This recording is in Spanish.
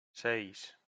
seis